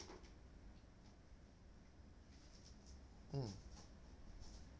mm